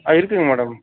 ஆ இருக்குங்க மேடம்